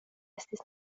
estis